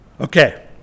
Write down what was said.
Okay